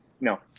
no